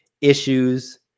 issues